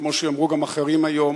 וכמו שיאמרו גם אחרים היום,